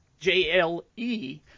JLE